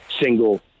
single